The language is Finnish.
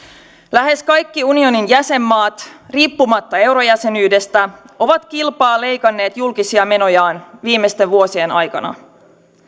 lähes kaikki unionin jäsenmaat riippumatta eurojäsenyydestä ovat kilpaa leikanneet julkisia menojaan viimeisten vuosien aikana